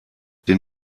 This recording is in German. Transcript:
den